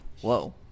Whoa